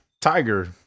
Tiger